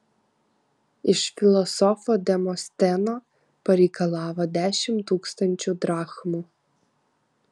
iš filosofo demosteno pareikalavo dešimt tūkstančių drachmų